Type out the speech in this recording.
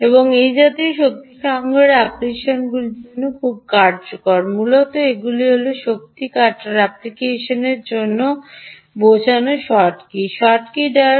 এবং এই জাতীয় শক্তি সংগ্রহের অ্যাপ্লিকেশনগুলির জন্য খুব কার্যকর মূলত এগুলি হল শক্তি কাটার অ্যাপ্লিকেশনগুলির জন্য বোঝানো স্কটকি শোটকি ডায়োডস